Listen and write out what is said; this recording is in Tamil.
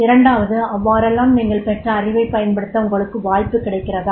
இரண்டாவது அவ்வாறெல்லாம் நீங்கள் பெற்ற அறிவைப் பயன்படுத்த உங்களுக்கு வாய்ப்பு கிடைக்கிறதா